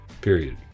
Period